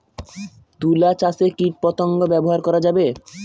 তুলা চাষে কীটপতঙ্গ ব্যবহার করা যাবে?